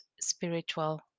spiritual